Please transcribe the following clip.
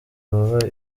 baba